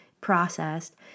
processed